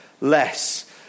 less